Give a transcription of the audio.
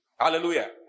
hallelujah